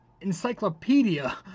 encyclopedia